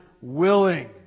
willing